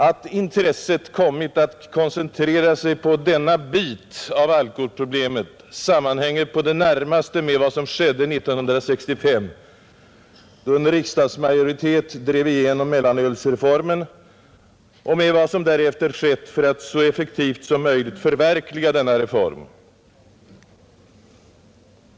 Att intresset kommit att koncentrera sig på denna bit av alkoholproblemet sammanhänger i det närmaste med vad som hände 1965, då en riksdagsmajoritet drev igenom mellanölsreformen, och med vad som därefter gjorts för att så effektivt som möjligt förverkliga denna reform.